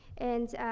and,